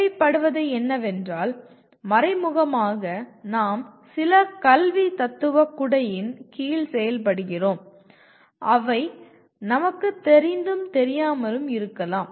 தேவைப்படுவது என்னவென்றால் மறைமுகமாக நாம் சில கல்வி தத்துவ குடையின் கீழ் செயல்படுகிறோம் அவை நமக்குத் தெரிந்தும் தெரியாமலும் இருக்கலாம்